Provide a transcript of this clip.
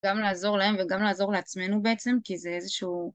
גם לעזור להם וגם לעזור לעצמנו בעצם כי זה איזשהו